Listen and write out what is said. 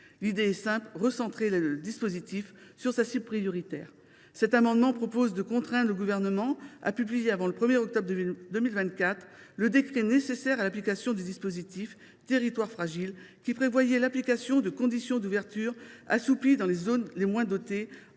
L’idée est simple : recentrer le dispositif sur sa cible prioritaire. Cet amendement tend ainsi à contraindre le Gouvernement à publier, avant le 1 octobre 2024, le décret nécessaire à l’application du dispositif Territoires fragiles, qui prévoyait l’assouplissement des conditions d’ouverture des pharmacies d’officine dans les zones les moins bien